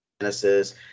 Genesis